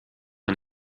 and